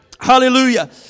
Hallelujah